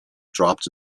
dropped